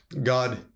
God